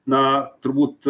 na turbūt